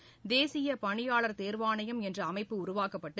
தேசிய பணியாளர் தேர்வாணையம் என்ற அமைப்பு உருவாக்கப்பட்டு